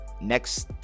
Next